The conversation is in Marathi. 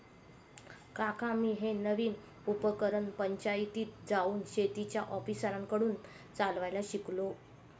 काका मी हे नवीन उपकरण पंचायतीत जाऊन शेतीच्या ऑफिसरांकडून चालवायला शिकलो